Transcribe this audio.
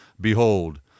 Behold